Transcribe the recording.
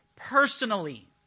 Personally